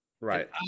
right